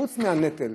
חוץ מהנטל,